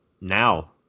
now